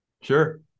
Sure